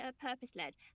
purpose-led